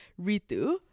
ritu